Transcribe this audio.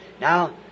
Now